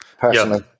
personally